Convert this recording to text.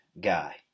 guy